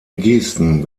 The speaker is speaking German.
gesten